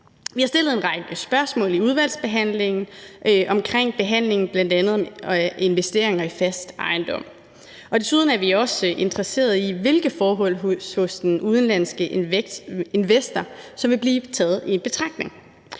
Vi vil stille en række spørgsmål i udvalgsbehandlingen omkring behandlingen af bl.a. investeringer i fast ejendom, og desuden er vi også interesseret i, hvilke forhold hos den udenlandske investor som vil blive taget i betragtning.